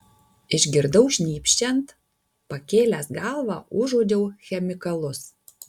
išgirdau šnypščiant pakėlęs galvą užuodžiau chemikalus